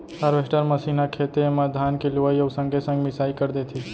harvester machine ह खेते म धान के लुवई अउ संगे संग मिंसाई कर देथे